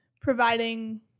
providing